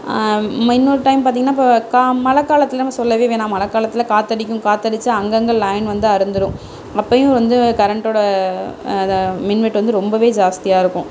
ம இன்னொரு டைம் பார்த்தீங்கன்னா இப்போ கா மழை காலத்தில் நம்ம சொல்லவே வேணாம் மழை காலத்தில் காற்றடிக்கும் காற்றடிச்சா அங்கே அங்கே லைன் வந்து அறுந்துடும் அப்பைபோயும் வந்து கரெண்ட்டோடய அது மின்வெட்டு வந்து ரொம்ப ஜாஸ்தியாக இருக்கும்